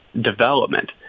development